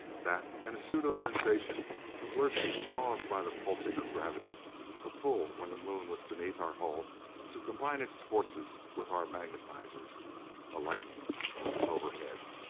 that, and a pseudo sensation of lurching caused by the pulsing of gravity a pull when the moon was beneath our hull to combine its forces with our magnetizers a lightening, when it was overhead.